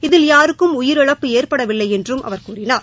இதில் யாருக்கும் உயிரிழப்பு ஏற்படவில்லை என்றும் அவர் கூறினார்